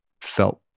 felt